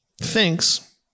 thinks